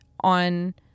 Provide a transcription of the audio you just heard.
on